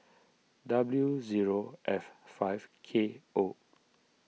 W zero F five K O